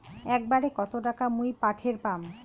একবারে কত টাকা মুই পাঠের পাম?